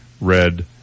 red